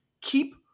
Keep